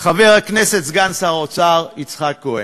חבר הכנסת סגן שר האוצר יצחק כהן,